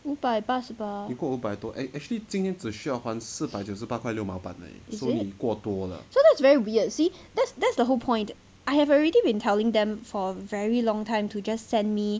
五百八十八 is it so that is very weird see that's that's the whole point I have already been telling them for a very long time to just send me